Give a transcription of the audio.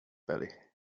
belly